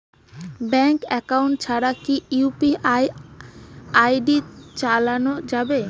Bank account ছাড়া কি UPI ID চোলা যাবে?